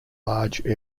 large